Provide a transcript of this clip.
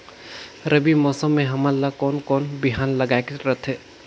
रबी मौसम मे हमन ला कोन कोन बिहान लगायेक रथे?